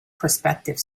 prospective